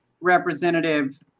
representative